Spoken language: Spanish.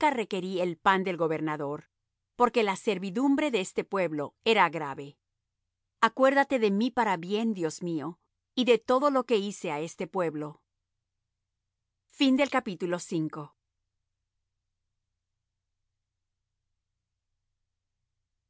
requerí el pan del gobernador porque la servidumbre de este pueblo era grave acuérdate de mí para bien dios mío y de todo lo que hice á este pueblo y